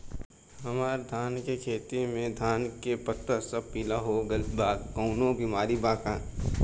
हमर धान के खेती में धान के पता सब पीला हो गेल बा कवनों बिमारी बा का?